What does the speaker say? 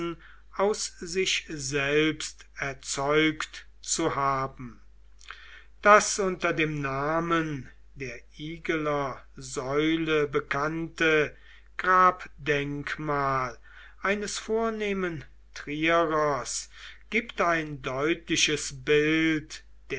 aus sich selbst erzeugt zu haben das unter dem namen der igeler säule bekannte grabdenkmal eines vornehmen trierers gibt ein deutliches bild